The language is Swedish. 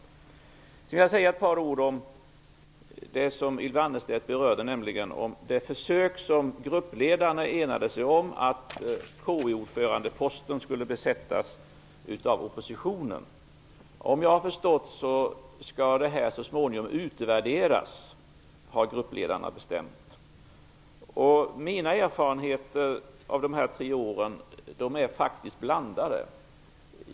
Vidare vill jag säga ett par ord om det som Ylva Annerstedt berörde, nämligen om det försök som gruppledarna enades om, att KU Vad jag har förstått, har gruppledarna bestämt att detta så småningom skall utvärderas. Mina erfarenheter av de här tre åren är faktiskt blandade.